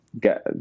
get